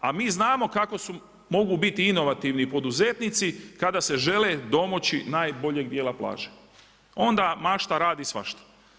A mi znamo kako su, mogu biti inovativni poduzetnici kada se žele domoći najboljeg dijela plaže, onda mašta radi svašta.